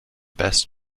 best